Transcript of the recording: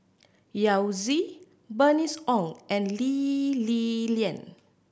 Yao Zi Bernice Ong and Lee Li Lian